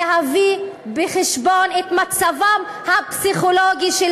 להביא בחשבון את מצבם הפסיכולוגי של